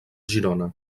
girona